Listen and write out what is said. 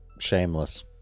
shameless